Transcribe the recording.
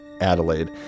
Adelaide